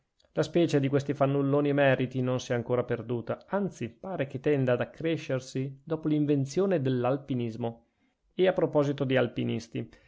la specie di questi fannulloni emeriti non si è ancora perduta anzi pare che tenda ad accrescersi dopo l'invenzione dell'alpinismo e a proposito di alpinisti